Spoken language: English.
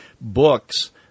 books –